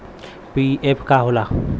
PF का होला?